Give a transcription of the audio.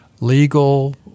legal